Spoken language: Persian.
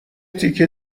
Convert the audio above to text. تیکه